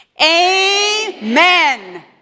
Amen